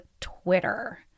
Twitter